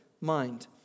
mind